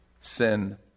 Sin